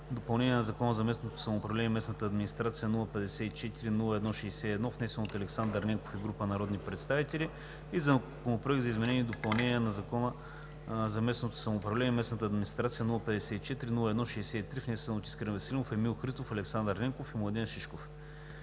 допълнение на Закона за местното самоуправление и местната администрация, № 054-01-61, внесен от Александър Ненков и група народни представители, и Законопроект за изменение и допълнение на Закона за местното самоуправление и местната администрация, № 054-01-63, внесен от Искрен Веселинов, Емил Христов, Александър Ненков и Младен Шишков“.